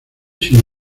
sin